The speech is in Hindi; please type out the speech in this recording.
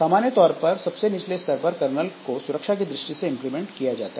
सामान्य तौर पर सबसे निचले स्तर पर कर्नल को सुरक्षा की दृष्टि से इंप्लीमेंट किया जाता है